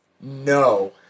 No